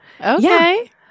Okay